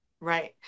right